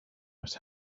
must